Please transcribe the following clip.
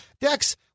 Dex